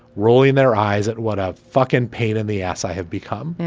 rolling their eyes at what a fuckin pain in the ass i have become,